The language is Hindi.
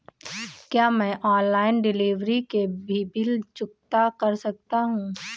क्या मैं ऑनलाइन डिलीवरी के भी बिल चुकता कर सकता हूँ?